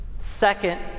Second